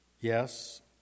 yes